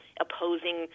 opposing